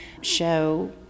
show